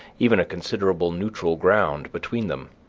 even a considerable neutral ground, between them.